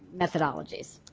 methodologies.